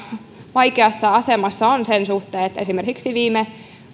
vaikeassa asemassa on sen suhteen esimerkiksi viime